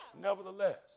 Nevertheless